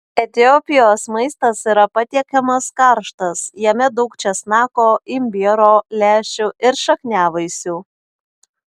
etiopijos maistas yra patiekiamas karštas jame daug česnako imbiero lęšių ir šakniavaisių